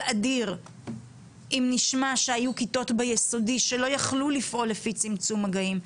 אדיר אם נשמע שהיו כיתות ביסודי שלא יכלו לפעול לפי צמצום מגעים,